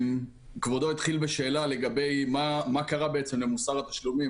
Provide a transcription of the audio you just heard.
כבודו התחיל בשאלה מה קרה למוסר התשלומים.